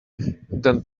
than